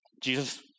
Jesus